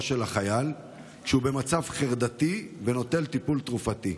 של החייל כשהוא במצב חרדתי ונוטל טיפול תרופתי.